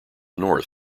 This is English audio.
north